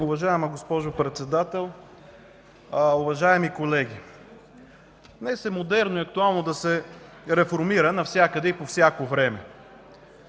уважаема госпожо Председател. Уважаеми колеги! Днес е модерно и актуално да се реформира навсякъде и по всяко време.